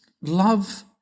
love